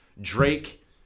Drake